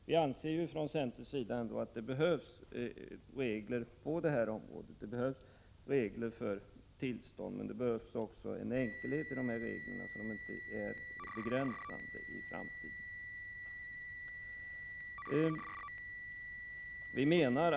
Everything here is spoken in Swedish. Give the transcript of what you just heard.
Vi från centern anser att det ändå behövs regler för tillstånd, men det behövs också en enkelhet, så att reglerna som sagt inte är begränsande för framtiden.